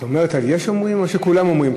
את אומרת "יש האומרים", או שכולם אומרים?